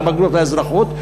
הבגרות באזרחות.